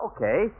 Okay